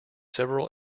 several